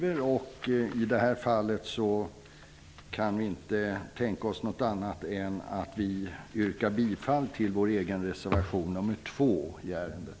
Det är den linje som Ny demokrati driver. I detta fall kan vi inte tänka oss något annat än att yrka bifall till vår egen reservation nr 2 i ärendet.